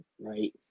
right